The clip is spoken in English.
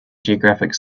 geographic